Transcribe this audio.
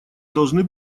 должны